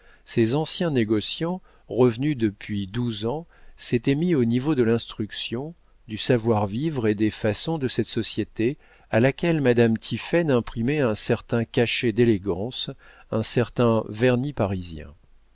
ces anciens négociants revenus depuis douze ans s'étaient mis au niveau de l'instruction du savoir-vivre et des façons de cette société à laquelle madame tiphaine imprimait un certain cachet d'élégance un certain vernis parisien